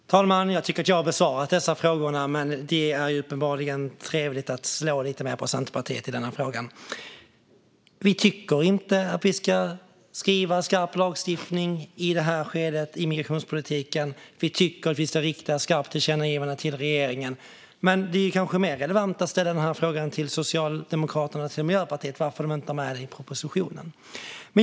Fru talman! Jag tycker att jag har besvarat dessa frågor, men det är uppenbarligen trevligt att slå lite mer på Centerpartiet i denna fråga. Vi tycker inte att vi ska skriva skarp lagstiftning i detta skede i migrationspolitiken. Vi tycker att vi ska rikta ett skarpt tillkännagivande till regeringen. Men det är kanske mer relevant att fråga Socialdemokraterna och Miljöpartiet varför de inte har med detta i propositionen.